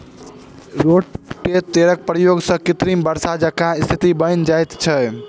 रोटेटरक प्रयोग सॅ कृत्रिम वर्षा जकाँ स्थिति बनि जाइत छै